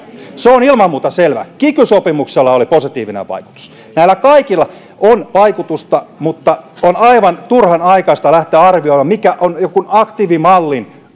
se on ilman muuta selvää kiky sopimuksella oli positiivinen vaikutus näillä kaikilla on vaikutusta mutta on aivan turhanaikaista lähteä arvioimaan mikä on jonkun aktiivimallin